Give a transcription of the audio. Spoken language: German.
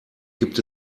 gibt